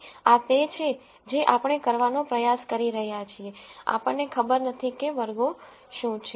તેથી આ તે છે જે આપણે કરવાનો પ્રયાસ કરી રહ્યા છીએ આપણને ખબર નથી કે વર્ગો શું છે